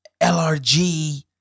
LRG